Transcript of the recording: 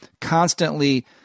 constantly